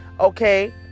okay